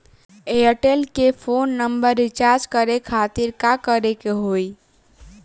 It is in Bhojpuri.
एयरटेल के फोन नंबर रीचार्ज करे के खातिर का करे के होई?